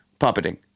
puppeting